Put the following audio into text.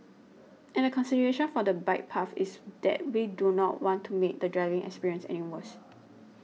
and the consideration for the bike path is that we do not want to make the driving experience any worse